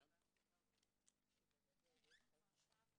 הישיבה ננעלה בשעה 12:33.